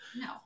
No